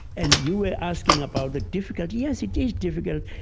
and you were asking about the difficulty. yes, it is difficult.